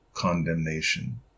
condemnation